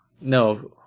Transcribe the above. No